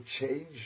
change